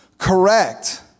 correct